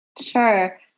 Sure